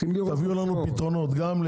אני מבקש שתביאו לנו פתרונות --- אבל